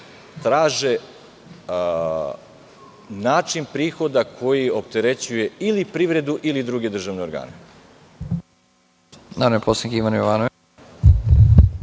traže način prihoda koji opterećuje ili privredu ili druge državne organe.